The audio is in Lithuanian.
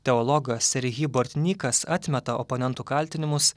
teologas rehy bortinykas atmeta oponentų kaltinimus